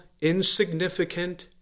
insignificant